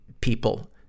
people